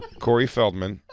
corey feldman,